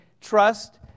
trust